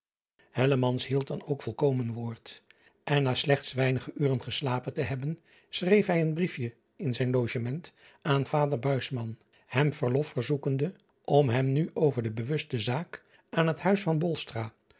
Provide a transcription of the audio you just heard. hield dan ook volkomen word en na slechts weinige uren geslapen te hebben schreef hij een briefje in zijn logement aan vader hem verlof verzoekende om hem nu over de bewuste zaak aan het huis van